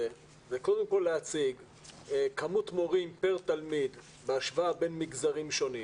זה קודם כל להציג כמות מורים פר תלמיד בהשוואה בין מגזרים שונים